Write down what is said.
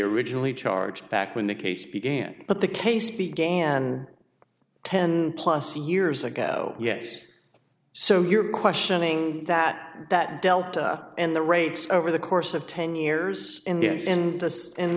originally charged back when the case began but the case began ten plus years ago yes so you're questioning that that delta and the rates over the course of ten years in